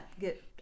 get